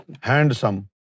Handsome